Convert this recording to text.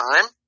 time